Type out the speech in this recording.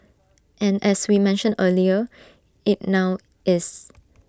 and as we mentioned earlier IT now is